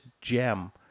gem